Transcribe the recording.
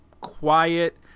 quiet